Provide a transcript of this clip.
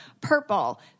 purple